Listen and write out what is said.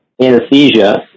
anesthesia